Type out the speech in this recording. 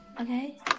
Okay